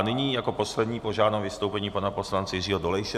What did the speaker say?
Nyní jako poslední požádám o vystoupení pana poslance Jiřího Dolejše.